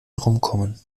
herumkommen